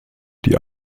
die